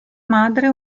madre